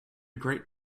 great